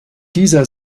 dieser